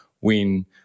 win